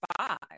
five